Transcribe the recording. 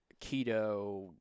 keto